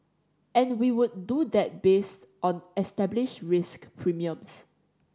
and we would do that based on established risk premiums